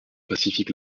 pacifique